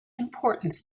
importance